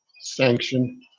sanction